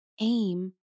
aim